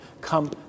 Come